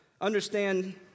Understand